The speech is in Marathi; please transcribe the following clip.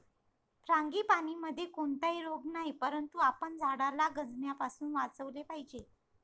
फ्रांगीपानीमध्ये कोणताही रोग नाही, परंतु आपण झाडाला गंजण्यापासून वाचवले पाहिजे